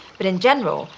but in general,